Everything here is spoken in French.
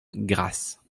grasse